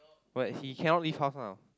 but he cannot leave house now